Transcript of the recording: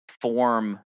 form